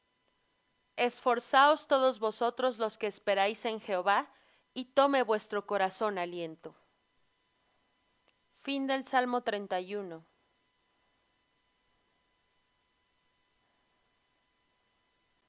esforzaos todos vosotros los que esperáis en jehová y tome vuestro corazón aliento